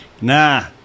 Nah